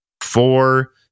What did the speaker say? four